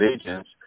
Agents